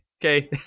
Okay